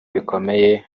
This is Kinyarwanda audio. bikomeye